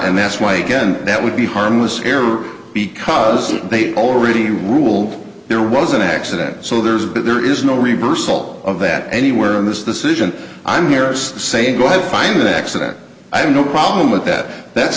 and that's why again that would be harmless error because they already ruled there was an accident so there is but there is no reversal of that anywhere in this the solution i'm here is saying go ahead find an accident i have no problem with that that's